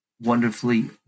wonderfully